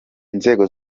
inzego